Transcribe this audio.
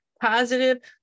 positive